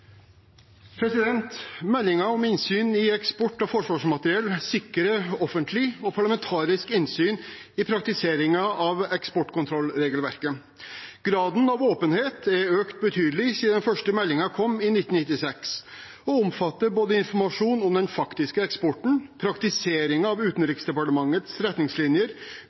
om innsyn i eksport av forsvarsmateriell sikrer offentlig og parlamentarisk innsyn i praktiseringen av eksportkontrollregelverket. Graden av åpenhet er økt betydelig siden den første meldingen kom i 1996, og omfatter både informasjon om den faktiske eksporten, praktiseringen av Utenriksdepartementets retningslinjer,